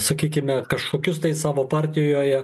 sakykime kažkokius tai savo partijoje